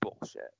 bullshit